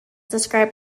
described